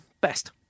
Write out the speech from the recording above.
best